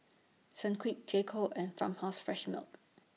Sunquick J Co and Farmhouse Fresh Milk